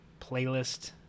playlist